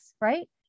Right